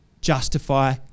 justify